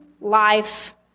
life